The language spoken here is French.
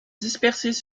dispersées